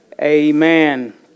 Amen